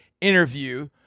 interview –